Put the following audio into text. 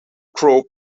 crowe